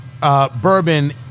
bourbon